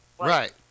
Right